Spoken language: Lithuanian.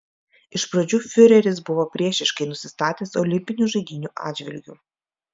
iš pradžių fiureris buvo priešiškai nusistatęs olimpinių žaidynių atžvilgiu